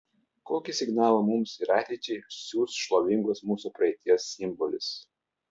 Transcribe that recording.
kokį signalą mums ir ateičiai siųs šlovingos mūsų praeities simbolis